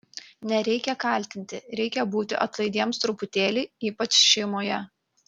nereikia kaltinti reikia būti atlaidiems truputėlį ypač šeimoje